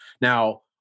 Now